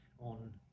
on